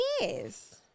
Yes